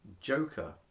Joker